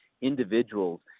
individuals